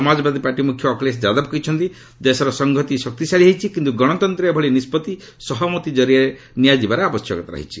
Samajwadi party ମୁଖ୍ୟ ଅଖିଳେଶ ଯାଦବ କହିଛନ୍ତି ଦେଶର ସଂହତି ଶକ୍ତିଶାଳୀ ହୋଇଛି କିନ୍ତୁ ଗଣତନ୍ତ୍ରରେ ଏଭଳି ନିଷ୍କଭି ସହମତି ଜରିଆରେ ନିଆଯିବାର ଆବଶ୍ୟକତା ରହିଛି